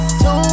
two